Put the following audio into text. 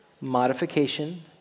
modification